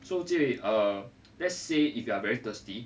so jie wei err let's say if you are very thirsty